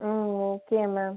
ம் okay ma'am